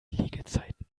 liegezeiten